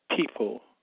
people